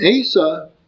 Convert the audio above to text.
Asa